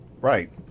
Right